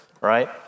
right